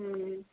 हुँ